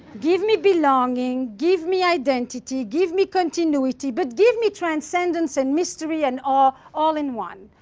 give me belonging, give me identity, give me continuity, but give me transcendence and mystery and awe all in one.